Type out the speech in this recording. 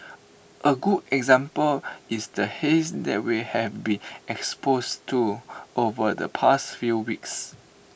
A good example is the haze that we have been exposed to over the past few weeks